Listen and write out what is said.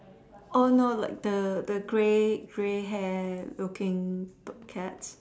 oh no like the the gray gray hair looking cats